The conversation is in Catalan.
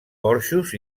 porxos